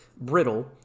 brittle